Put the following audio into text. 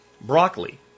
Broccoli